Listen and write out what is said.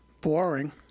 boring